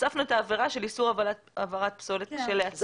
הוספנו את העבירה של איסור הבערת פסולת כשלעצמה.